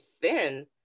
thin